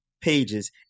pages